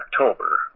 October